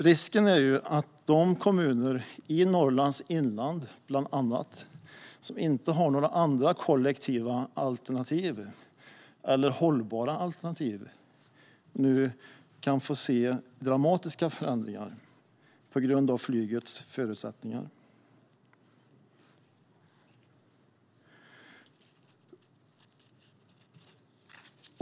Risken är att kommunerna i Norrlands inland som inte har några andra kollektiva alternativ eller hållbara alternativ kan få se dramatiska förändringar på grund av flygets förutsättningar.